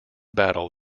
battle